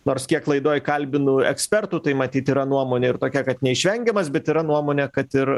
nors kiek laidoj kalbinu ekspertų tai matyt yra nuomonė ir tokia kad neišvengiamas bet yra nuomonė kad ir